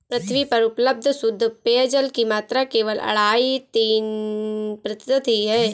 पृथ्वी पर उपलब्ध शुद्ध पेजयल की मात्रा केवल अढ़ाई तीन प्रतिशत ही है